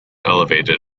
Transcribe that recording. elevated